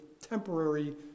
temporary